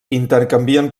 intercanvien